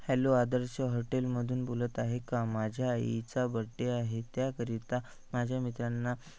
hello Adarsh हॉटेलमधून बोलत आहे का माझ्या आईचा बड्डे आहे त्याकरिता माझ्या मित्रांना